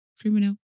Criminal